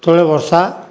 ଯେତେବେଳେ ବର୍ଷା